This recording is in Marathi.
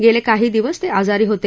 गेले काही दिवस ते आजारी होते